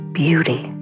beauty